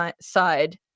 side